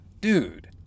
Dude